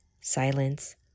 silence